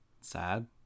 sad